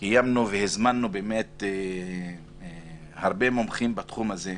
שהזמנו הרבה מומחים בתחום הזה,